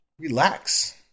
Relax